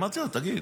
אמרתי לו: תגיד,